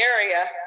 area